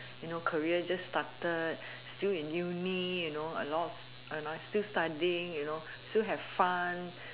you know career just started still in uni you know I lost and I still studying you know still have fun